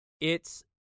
it's-